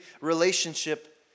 relationship